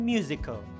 Musical